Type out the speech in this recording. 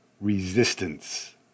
resistance